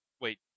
Wait